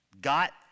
got